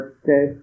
okay